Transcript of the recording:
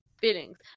feelings